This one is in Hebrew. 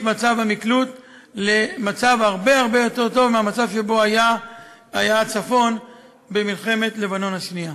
המקלוט למצב הרבה הרבה יותר טוב מהמצב שבו היה הצפון במלחמת לבנון השנייה.